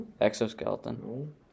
exoskeleton